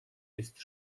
jest